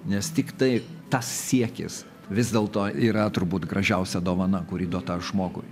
nes tiktai tas siekis vis dėlto yra turbūt gražiausia dovana kuri duota žmogui